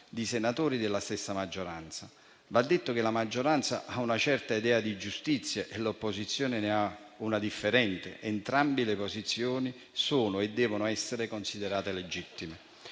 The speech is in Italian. di senatori della stessa maggioranza. Va detto che la maggioranza ha una certa idea di giustizia e l'opposizione ne ha una differente; entrambe le posizioni sono e devono essere considerate legittime.